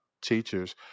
teachers